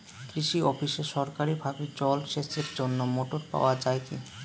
কৃষি অফিসে সরকারিভাবে জল সেচের জন্য মোটর পাওয়া যায় কি?